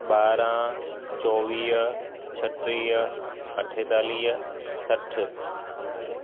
ॿारहं चोवीह छटीह अठेतालीह सठि